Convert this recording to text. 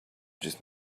just